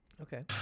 Okay